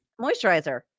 moisturizer